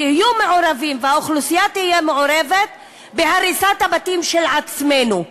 ויהיו מעורבים והאוכלוסייה תהיה מעורבת בהריסת הבתים של עצמנו.